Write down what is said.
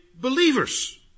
believers